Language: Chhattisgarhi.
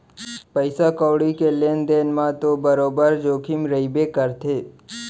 पइसा कउड़ी के लेन देन म तो बरोबर जोखिम रइबे करथे